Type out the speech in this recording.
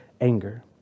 anger